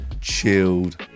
chilled